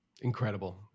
Incredible